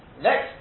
Next